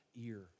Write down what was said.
ear